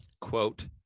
quote